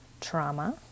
trauma